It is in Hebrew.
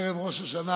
ערב ראש השנה